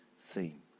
theme